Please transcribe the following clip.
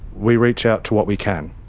we reach out to what we can.